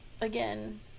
again